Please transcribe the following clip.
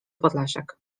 podlasiak